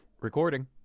Recording